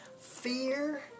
fear